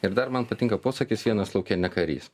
ir dar man patinka posakis vienas lauke ne karys